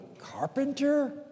carpenter